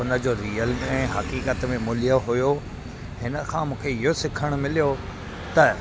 हुनजो रियल में हक़ीक़त में मुल्य हुओ हिन खां मूंखे इहो सिखण मिलियो त